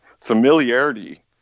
familiarity